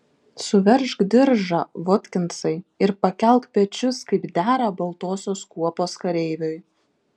suveržk diržą votkinsai ir pakelk pečius kaip dera baltosios kuopos kareiviui